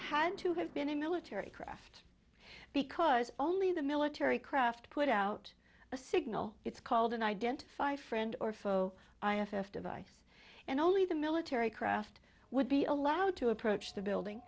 press to have been a military craft because only the military craft put out a signal it's called an identify friend or foe device and only the military craft would be allowed to approach the building